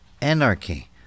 Anarchy